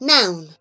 Noun